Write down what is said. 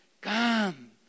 come